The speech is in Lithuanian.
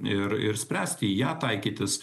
ir ir spręsti į ją taikytis